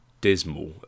dismal